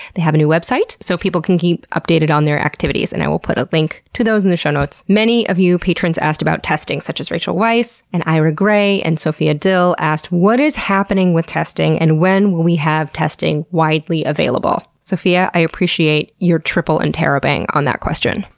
they have a new website, so people can keep updated on their activities, and i will put a link to those in the show notes. many of you patrons asked about testing, such as rachel weiss, and ira gray, and sophia dill asked what is happening with testing and when will we have testing widely available? sophia, i appreciate your triple interrobang on that question.